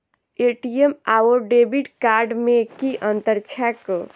ATM आओर debit card मे की अंतर छैक?